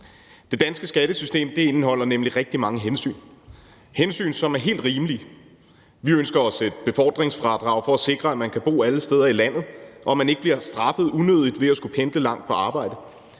Det danske skattesystem indeholder nemlig rigtig mange hensyn – hensyn, som er helt rimelige. Vi ønsker os et befordringsfradrag for at sikre, at man kan bo alle steder i landet, og at man ikke bliver straffet unødigt ved at skulle pendle langt til og fra arbejde.